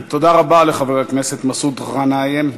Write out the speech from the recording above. תודה רבה לחבר הכנסת מסעוד גנאים.